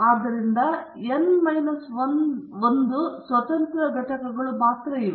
ಆದ್ದರಿಂದ n minus 1 ಸ್ವತಂತ್ರ ಘಟಕಗಳು ಮಾತ್ರ ಇವೆ